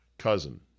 cousin